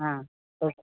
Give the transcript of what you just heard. okay